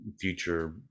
future